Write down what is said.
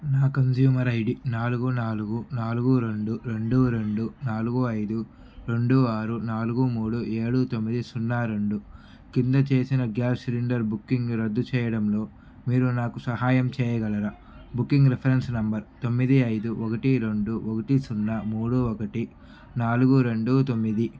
నా consumer ID నాలుగు నాలుగు నాలుగు రెండు రెండు రెండు నాలుగు ఐదు రెండు ఆరు నాలుగు మూడు ఏడు తొమ్మిది సున్నా రెండు క్రింద చేసిన గ్యాస్ సిలిండర్ బుకింగ్ రద్దు చేయడంలో మీరు నాకు సహాయం చెయ్యగలరా బుకింగ్ రిఫరెన్స్ నంబర్ తొమ్మిది ఐదు ఒకటి రెండు ఒకటి సున్నా మూడు ఒకటి నాలుగు రెండు తొమ్మిది